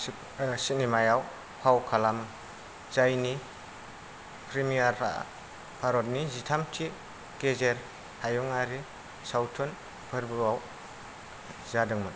सिब सिनेमाआव फाव खालामो जायनि प्रिमियारा भारतनि जिथामथि गेजेर हायुंआरि सावथुन फोर्बोआव जादोंमोन